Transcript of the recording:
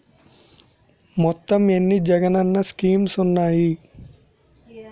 మొత్తం ఎన్ని జగనన్న స్కీమ్స్ ఉన్నాయి?